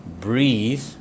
breathe